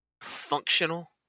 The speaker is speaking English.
functional